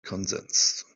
consents